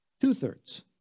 two-thirds